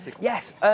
yes